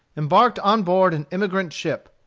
embarked on board an emigrant-ship,